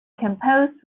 compose